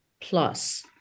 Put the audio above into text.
plus